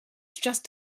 just